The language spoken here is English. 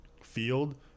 field